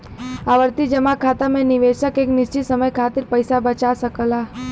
आवर्ती जमा खाता में निवेशक एक निश्चित समय खातिर पइसा बचा सकला